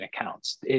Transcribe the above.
accounts